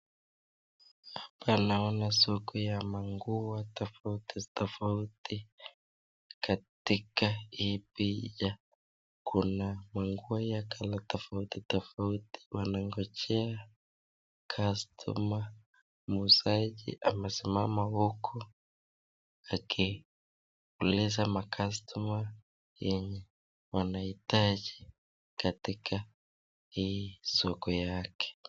Hapanaona soko ya nguo tafauti katika hi picha kuna manguo ya kala tafauti wanangojea kastuma msachi amesimama akielesa makastuma yenye inaitaji Kwa hii soko yake.